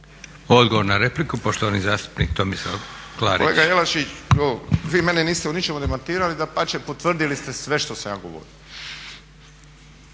Odgovor na repliku poštovani zastupnik Tomislav Klarić. **Klarić, Tomislav (HDZ)** Kolega Jelušić, vi mene niste u ničemu demantirali, dapače potvrdili ste sve što sam ja govorio.